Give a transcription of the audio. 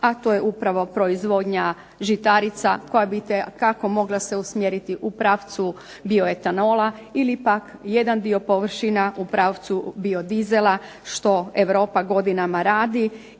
a to je upravo proizvodnja žitarica koja bi itekako se mogla usmjeriti u pravcu bioetanola ili pak jedan dio površina u pravcu biodizela što Europa godinama radi